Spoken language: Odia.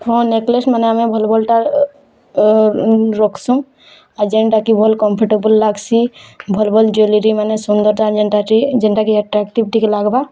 ହଁ ନେକଲେସ୍ ମାନେ ଆମେ ଭଲ୍ ଭଲ୍ଟା ରଖ୍ସୁଁ ଆର୍ ଯେନ୍ତଟାକି ଭଲ୍ କମ୍ଫର୍ଟେବଲ୍ ଲାଗ୍ସି ଭଲ୍ ଭଲ୍ ଜୁଏଲେରୀମାନେ ସୁନ୍ଦର୍ଟା ଯେଣ୍ଟାକି ଆଟ୍ରାକ୍ଟିଭ୍ ଟିକେ ଲାଗ୍ବା